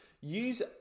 Use